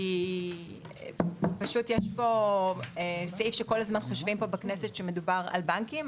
כי פה בכנסת כל הזמן חושבים שהסעיף הזה מדבר על הבנקים,